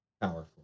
powerful